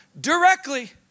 directly